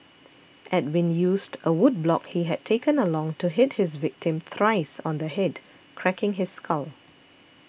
Edwin used a wood block he had taken along to hit his victim thrice on the head cracking his skull